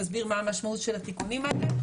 נסביר מה המשמעות של התיקונים האלה.